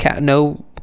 no